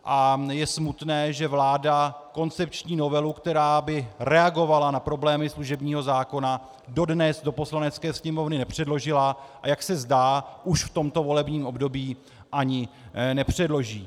A je smutné, že vláda koncepční novelu, která by reagovala na problémy služebního zákona, dodnes do Poslanecké sněmovny nepředložila, a jak se zdá, už v tomto volebním období ani nepředloží.